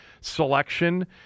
selection